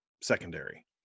secondary